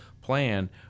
plan